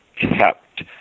kept